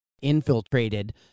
infiltrated